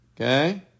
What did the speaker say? Okay